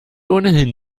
ohnehin